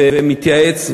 ומתייעץ,